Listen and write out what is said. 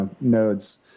nodes